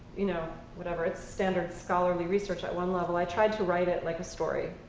you know, whatever, it's standard scholarly research at one level, i tried to write it like a story.